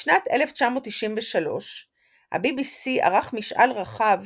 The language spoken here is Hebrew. בשנת 1993 ה־BBC ערך משאל רחב